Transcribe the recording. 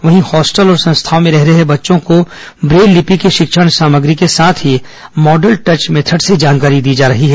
वहीं हॉस्टल और संस्थाओं में रह रहे बच्चों को ब्रेल लिपि की शिक्षण सामग्री के साथ ही मॉडल टच मेथर्ड से जानकारी दी जा रही है